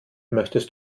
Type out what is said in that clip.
möchtest